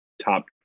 top